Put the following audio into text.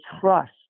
trust